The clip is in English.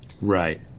right